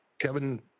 Kevin